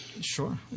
Sure